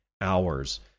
hours